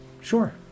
Sure